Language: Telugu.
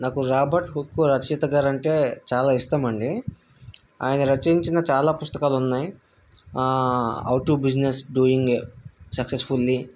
నాకు రాబర్ట్ హుక్ రచయిత గారు అంటే చాలా ఇష్టం అండి ఆయన రచించిన చాలా పుస్తకాలు ఉన్నాయి how to business doing successfully